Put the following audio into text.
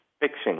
fixing